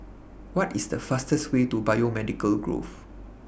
What IS The fastest Way to Biomedical Grove